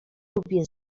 lubię